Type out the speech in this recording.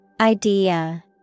Idea